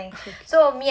okay